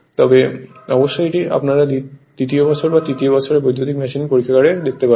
তবে অবশ্যই এটি আপনারা দ্বিতীয় বছর বা তৃতীয় বছর বৈদ্যুতিক মেশিন পরীক্ষাগারে দেখতে পাবেন